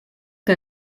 que